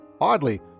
Oddly